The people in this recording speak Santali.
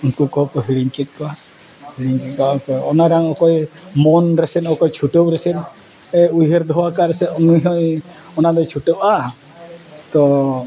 ᱩᱱᱠᱩ ᱠᱚᱦᱚᱸ ᱠᱚ ᱦᱤᱲᱤᱧ ᱠᱮᱫ ᱠᱚᱣᱟ ᱦᱤᱲᱤᱧ ᱠᱮᱫ ᱠᱚᱣᱟ ᱚᱱᱟ ᱨᱮ ᱚᱠᱚᱭ ᱢᱚᱱᱨᱮ ᱥᱮ ᱚᱠᱚᱭ ᱪᱷᱩᱴᱟᱹᱣ ᱨᱮ ᱥᱮ ᱩᱭᱦᱟᱹᱨ ᱫᱚᱦᱚ ᱟᱠᱟᱫᱨᱮ ᱥᱮ ᱩᱱᱤ ᱦᱚᱸᱭ ᱚᱱᱟ ᱫᱚᱭ ᱪᱷᱩᱴᱟᱹᱜᱼᱟ ᱛᱳ